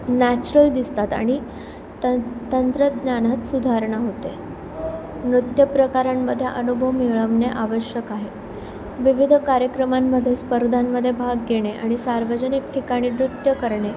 natural दिसतात आणि त तंत्रज्ञानात सुधारणा होते नृत्य प्रकारांमध्ये अनुभव मिळवणे आवश्यक आहे विविध कार्यक्रमांमध्ये स्पर्धांमध्ये भाग घेणे आणि सार्वजनिक ठिकाणी नृत्य करणे